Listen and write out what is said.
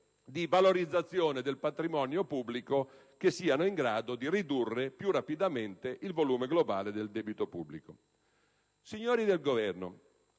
di valorizzazione del patrimonio pubblico che siano in grado di ridurre più rapidamente il volume globale del debito pubblico. Signori del Governo,